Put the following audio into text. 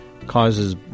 causes